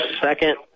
Second